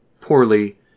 poorly